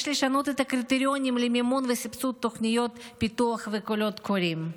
יש לשנות את הקריטריונים למימון וסבסוד תוכניות פיתוח וקולות קוראים.